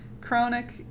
Chronic